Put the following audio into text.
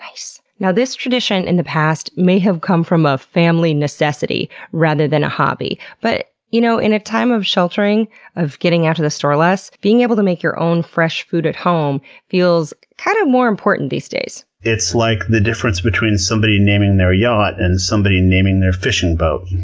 nice! now, this tradition in the past may have come from a family necessity rather than a hobby. but you know, in a time of sheltering and getting out to the store less, being able to make your own fresh food at home feels kinda kind of more important these days. it's like the difference between somebody naming their yacht and somebody naming their fishing boat.